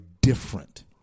different